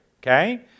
okay